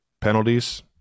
penalties